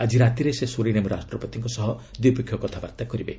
ଆଜି ରାତିରେ ସେ ସୁରିନେମ୍ ରାଷ୍ଟ୍ରପତିଙ୍କ ସହ ଦ୍ୱିପକ୍ଷୀୟ କଥାବାର୍ତ୍ତା କରିବେ